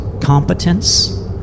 competence